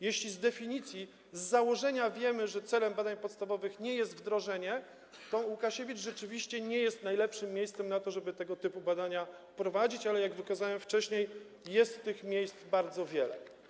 Jeśli z definicji, z założenia wiemy, że celem badań podstawowych nie jest wdrożenie, to Łukasiewicz rzeczywiście nie jest najlepszym miejscem na to, żeby tego typu badania prowadzić, ale, jak wykazałem wcześniej, jest tych miejsc bardzo wiele.